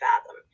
fathom